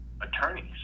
attorneys